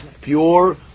pure